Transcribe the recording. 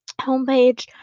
homepage